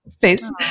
face